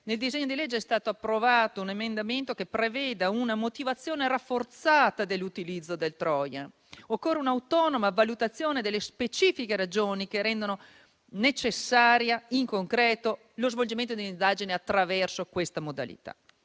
nel disegno di legge è stato approvato un emendamento che prevede una motivazione rafforzata per l'utilizzo del *trojan*: occorre un'autonoma valutazione delle specifiche ragioni che rendono necessario, in concreto, lo svolgimento di un'indagine attraverso questa modalità.